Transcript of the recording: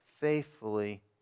faithfully